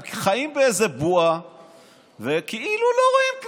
הם חיים באיזו בועה וכאילו לא רואים כלום.